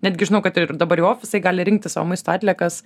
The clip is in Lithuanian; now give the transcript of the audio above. netgi žinau kad ir dabar jau ofisai gali rinkti savo maisto atliekas